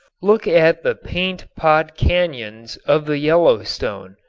look at the paint pot canons of the yellowstone.